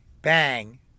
Bang